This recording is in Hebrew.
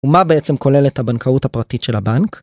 ומה בעצם כוללת הבנקאות הפרטית של הבנק?